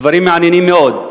דברים מעניינים מאוד.